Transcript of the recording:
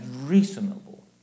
reasonable